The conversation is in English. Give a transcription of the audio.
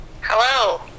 Hello